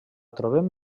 trobem